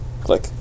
Click